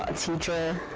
ah teacher,